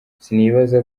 sinibaza